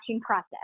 process